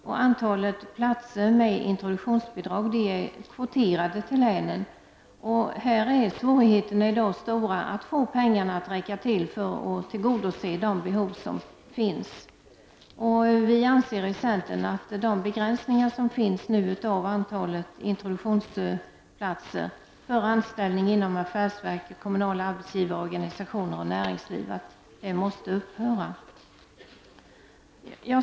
Antalet platser med introduktionsbidrag är kvoterade till länen, och svårigheterna är i dag stora att få pengarna att räcka till för att tillgodose de behov som finns. Vi i centern anser att de begränsningar som nu finns när det gäller antalet introduktionsplatser — för anställning inom affärsverk, hos kommunala arbetsgivare, organisationer och näringsliv — måste upphöra.